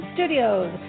Studios